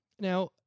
Now